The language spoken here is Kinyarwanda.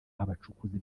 abacukuzi